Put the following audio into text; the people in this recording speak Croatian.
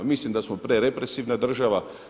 Mislim da smo prerepresivna država.